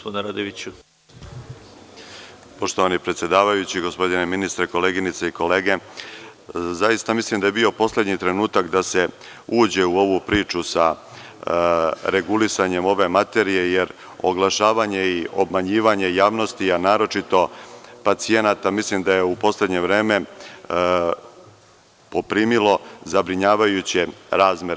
Poštovani predsedavajući, gospodine ministre, koleginice i kolege, zaista mislim da je bio poslednji trenutak da se uđe u ovu priču sa regulisanjem ove materije jer oglašavanje i obmanjivanje javnosti, a naročito pacijenata mislim da je u poslednje vreme poprimilo zabrinjavajuće razmere.